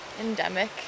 endemic